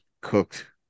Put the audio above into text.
cooked